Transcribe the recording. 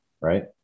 right